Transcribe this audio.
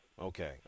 Okay